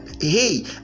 hey